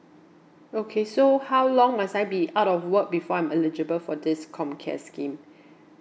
okay so how long must I be out of work before I'm eligible for this comcare scheme